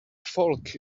folk